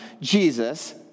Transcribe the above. Jesus—